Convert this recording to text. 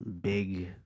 big